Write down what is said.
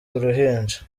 uruhinja